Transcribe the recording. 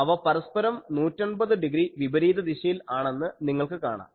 അവ പരസ്പരം 180 ഡിഗ്രി വിപരീതദിശയിൽ ആണെന്ന് നിങ്ങൾക്ക് കാണാം